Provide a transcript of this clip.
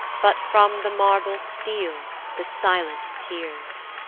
but from the marble steal the silent tears.